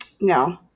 no